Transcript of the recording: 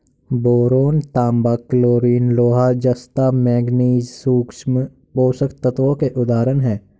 boron, तांबा, chlorine, लोहा, जस्ता, मैंगनीज सूक्ष्म पोषक तत्वों के उदाहरण हैं